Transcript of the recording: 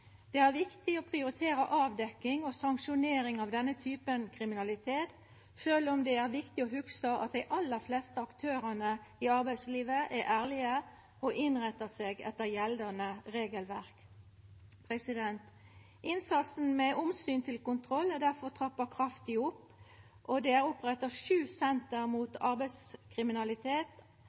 Det er viktig å prioritera avdekking og sanksjonering av denne typen kriminalitet, sjølv om vi må hugsa at dei aller fleste aktørane i arbeidslivet er ærlege og innrettar seg etter gjeldande regelverk. Innsatsen med omsyn til kontroll er difor trappa kraftig opp, og det er oppretta sju senter mot arbeidskriminalitet.